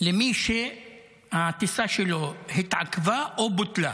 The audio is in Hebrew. למי שהטיסה שלו התעכבה או בוטלה.